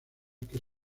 que